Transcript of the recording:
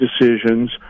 decisions